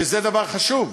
שזה דבר חשוב,